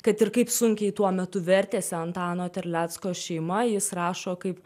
kad ir kaip sunkiai tuo metu vertėsi antano terlecko šeima jis rašo kaip